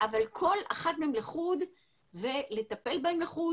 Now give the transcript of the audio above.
אבל כל אחת מהן לחוד ולטפל בהן לחוד